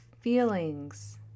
feelings